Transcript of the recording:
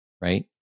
right